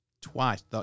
twice